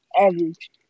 average